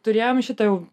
turėjom šitą jau